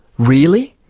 really?